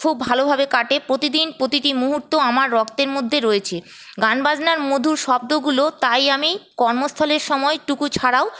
খুব ভালভাবে কাটে প্রতিদিন প্রতিটি মুহূর্ত আমার রক্তের মধ্যে রয়েছে গান বাজনার মধুর শব্দগুলো তাই আমি কর্মস্থলের সময়টুকু ছাড়াও